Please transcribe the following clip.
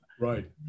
Right